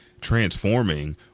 transforming